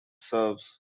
serves